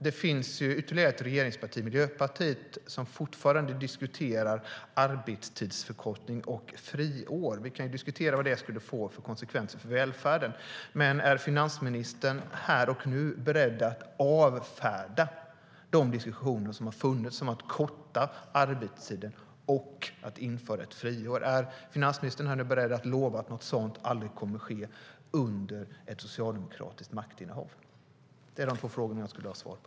Det finns ytterligare ett regeringsparti, nämligen Miljöpartiet, som fortfarande diskuterar arbetstidsförkortning och friår. Vi kan ju diskutera vad det skulle få för konsekvenser för välfärden, men är finansministern här och nu beredd att avfärda de diskussioner som har funnits om att korta arbetstiden och införa ett friår? Är finansministern beredd att lova att något sådant aldrig kommer att ske under ett socialdemokratiskt maktinnehav? Det är frågorna jag skulle vilja ha svar på.